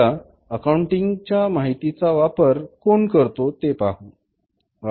आता अकाउंटिंगच्या माहिती चा वापर कोण करतो ते पाहू